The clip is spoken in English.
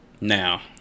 now